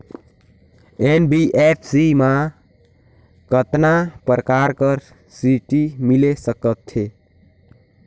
NBFC मा कतना प्रकार कर ऋण मिल सकथे?